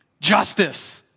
Justice